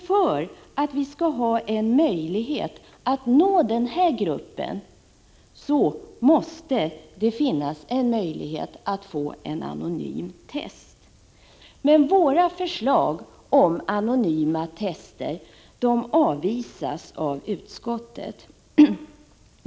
För att vi skall kunna nå den här gruppen måste det finnas en möjlighet till test anonymt. Men förslaget om anonyma test avvisas av utskottet.